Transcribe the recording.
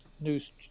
news